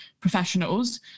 professionals